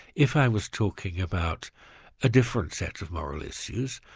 if i was talking about a different set of moral issues,